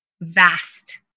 vast